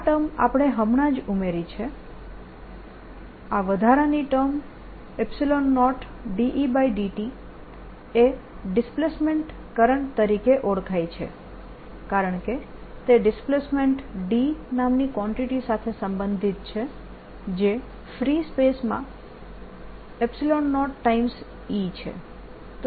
આ ટર્મ આપણે હમણાં જ ઉમેરી છે આ વધારાની ટર્મ 0Et એ ડિસ્પ્લેસમેન્ટ કરંટ તરીકે ઓળખાય છે કારણકે તે ડિસ્પ્લેસમેન્ટ D નામની કવાંટીટી સાથે સંબંધિત છે જે ફ્રી સ્પેસ માં 0E છે